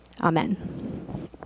Amen